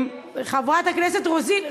חברת הכנסת רוזין,